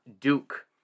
Duke